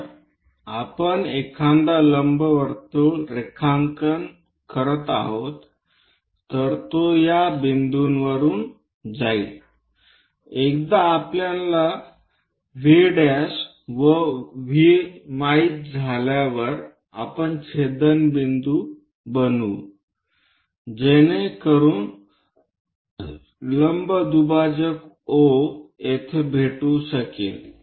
जर आपण एखादा लंबवर्तुळ रेखांकन काढत आहोत तर तो या बिंदूंवर जाईल एकदा आपल्याला V व V माहित झाल्यावर आपण छेदनबिंदू बनवू जेणेकरुन लंब दुभाजक O येथे भेटू शकेल